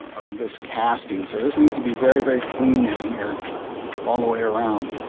this casting. so this needs to be very very clean in here all the way around.